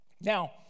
Now